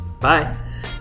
Bye